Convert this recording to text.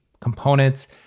components